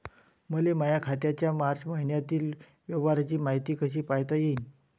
मले माया खात्याच्या मार्च मईन्यातील व्यवहाराची मायती कशी पायता येईन?